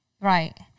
Right